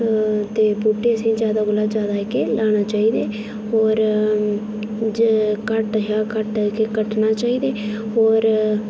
ते बूहटे जेह्के ज्यादा कोला ज्यादा जेह्के लाना चाहिदे होर जे घट्ट शा घट्ट कट्टना चाहिदे होर